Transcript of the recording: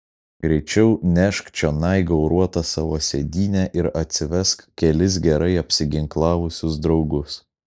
greičiau nešk čionai gauruotą savo sėdynę ir atsivesk kelis gerai apsiginklavusius draugus